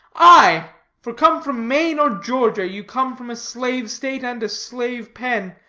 aye, for come from maine or georgia, you come from a slave-state, and a slave-pen,